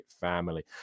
family